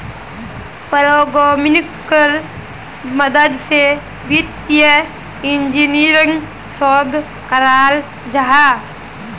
प्रोग्रम्मिन्गेर मदद से वित्तिय इंजीनियरिंग शोध कराल जाहा